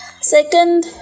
Second